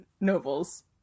nobles